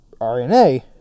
RNA